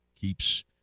keeps